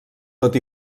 tot